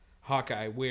Hawkeye